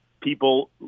people